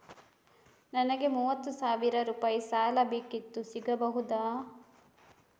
ನನಗೆ ಮೂವತ್ತು ಸಾವಿರ ರೂಪಾಯಿ ಸಾಲ ಬೇಕಿತ್ತು ಸಿಗಬಹುದಾ?